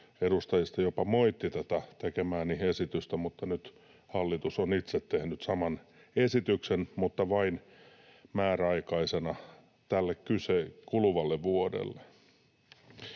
edustajista jopa moitti tätä tekemääni esitystä, mutta nyt hallitus on itse tehnyt saman esityksen, mutta vain määräaikaisena tälle kuluvalle vuodelle.